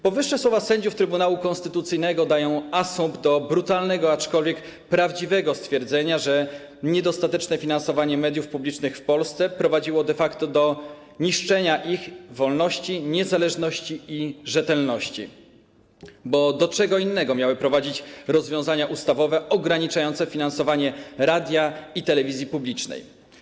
Powyższe słowa sędziów Trybunału Konstytucyjnego dają asumpt do brutalnego, aczkolwiek prawdziwego stwierdzenia, że niedostateczne finansowanie mediów publicznych w Polsce prowadziło de facto do niszczenia ich wolności, niezależności i rzetelności, bo do czego innego miały prowadzić rozwiązania ustawowe ograniczające finansowanie radia i telewizji publicznej?